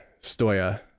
Stoya